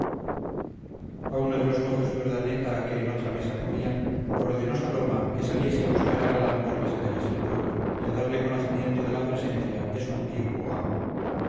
a uno de los mozos de urdaneta que en otra mesa comían ordenó saloma que saliese a buscar a galán por las calles del pueblo y a darle conocimiento de la presencia de su antiguo amo